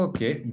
Okay